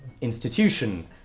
institution